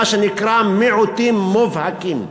מה שנקרא מיעוטים מובהקים.